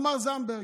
תמר זנדברג,